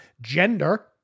gender